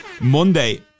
Monday